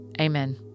amen